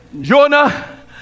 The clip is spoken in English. Jonah